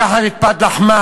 לקחת את פת לחמם.